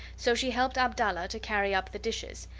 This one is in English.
so she helped abdallah to carry up the dishes,